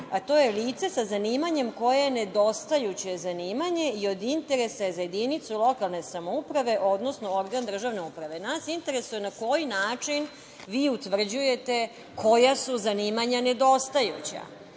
a to je lice sa zanimanjem koje je nedostajuće zanimanje i od interesa je za jedinicu lokalne samouprave, odnosno organ državne uprave. Nas interesuje na koji način vi utvrđujete koja su zanimanja nedostajuća?